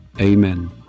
Amen